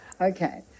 Okay